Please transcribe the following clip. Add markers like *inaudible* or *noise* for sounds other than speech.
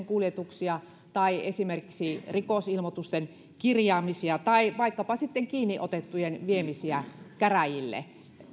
*unintelligible* kuljetuksia tai rikosilmoitusten kirjaamisia tai kiinniotettujen viemisiä käräjille